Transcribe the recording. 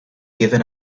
given